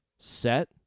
Set